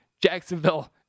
Jacksonville